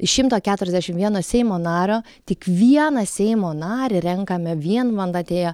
iš šimto keturiasdešimt vieno seimo nario tik vieną seimo narį renkame vienmandatėje